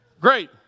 Great